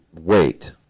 wait